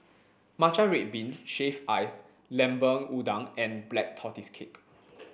matcha red bean shaved ice lemper udang and black tortoise cake